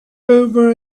over